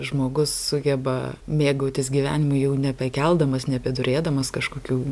žmogus sugeba mėgautis gyvenimu jau nebekeldamas nebeturėdamas kažkokių